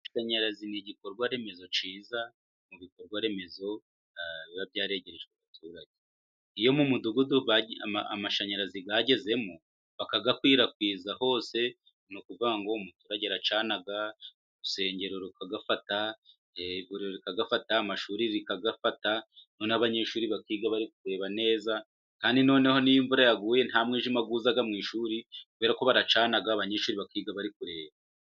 Amashanyarazi ni igikorwa remezo cyiza， mu bikorwa remezo biba byaregerejwe abaturage. Iyo mu mudugudu amashanyarazi yagezemo， bakayakwirakwiza hose，ni ukuvuga ngo，umuturage aracana，urusengero rukayafata，ivuriro rikayafata， amashuri akayafata n'abanyeshuri bakiga bari kureba neza， kandi noneho n’iyo imvura yaguye nta mwijima uza mu ishuri，kubera ko baracana， abanyeshuri bakiga bari kureba.